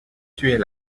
tuer